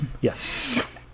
Yes